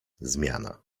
zmiana